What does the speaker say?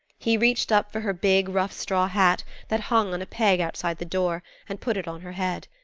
he reached up for her big, rough straw hat that hung on a peg outside the door, and put it on her head.